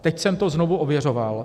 Teď jsem to znovu ověřoval.